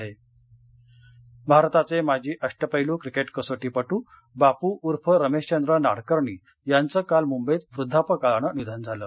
नाडकर्णी निधन भारताचे माजी अष्टपैलू क्रिकेट कसोटीपटू बापू उर्फ रमेशचंद्र नाडकर्णी यांचं काल मृंबईत वृद्धापकाळानं निधन झालं